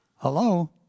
Hello